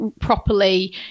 properly